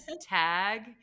tag